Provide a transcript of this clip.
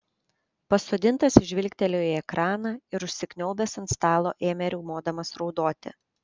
pasodintasis žvilgtelėjo į ekraną ir užsikniaubęs ant stalo ėmė riaumodamas raudoti